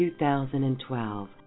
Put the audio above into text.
2012